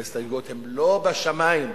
ההסתייגויות הן לא בשמים.